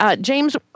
James